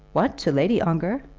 what to lady ongar?